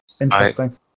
interesting